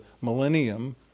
millennium